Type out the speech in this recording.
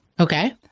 Okay